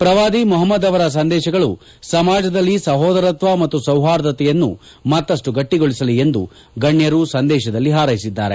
ಪ್ರವಾದಿ ಮೊಹಮ್ನದ್ ಅವರ ಸಂದೇಶಗಳು ಸಮಾಜದಲ್ಲಿ ಸಹೋದರತ್ತ ಮತ್ತು ಸೌಹಾರ್ದತೆಯನ್ನು ಮತ್ತಪ್ಪು ಗಟ್ಟಗೊಳಿಸಲಿ ಎಂದು ಗಣ್ಣರು ಸಂದೇಶದಲ್ಲಿ ಹಾರೈಸಿದ್ದಾರೆ